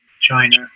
China